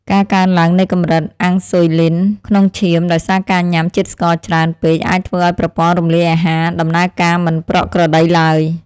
ការកើនឡើងនៃកម្រិតអាំងស៊ុយលីនក្នុងឈាមដោយសារការញ៉ាំជាតិស្ករច្រើនពេកអាចធ្វើឲ្យប្រព័ន្ធរំលាយអាហារដំណើរការមិនប្រក្រតីឡើយ។